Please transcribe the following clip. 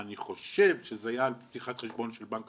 אני חושב שזה היה על פתיחת חשבון של בנק